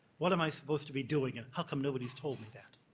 what am i supposed to be doing and how come nobody's told me that?